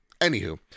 Anywho